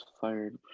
fired